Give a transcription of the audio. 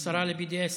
השרה ל-BDS.